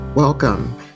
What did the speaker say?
Welcome